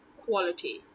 quality